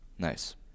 Nice